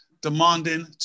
demanding